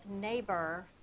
neighbor